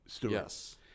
Yes